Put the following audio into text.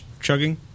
chugging